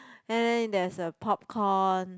and then there's a popcorn